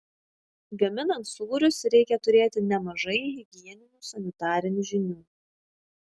gaminant sūrius reikia turėti nemažai higieninių sanitarinių žinių